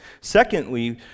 Secondly